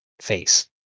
face